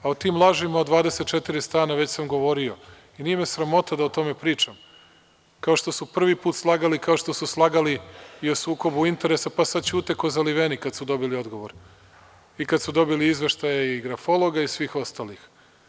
O tim lažima od 24 stana već sam govorio i nije me sramota da o tome pričam, kao što su prvi put slagali, kao što su slagali i o sukobu interesa pa sada ćute kao zaliveni kada su dobili odgovor i kada su dobili izveštaje i grafologa i svih ostalih.